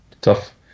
tough